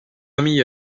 famille